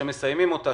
כשהם מסיימים אותה,